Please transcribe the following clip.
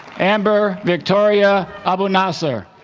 amber victoria abunassar